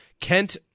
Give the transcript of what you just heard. Kent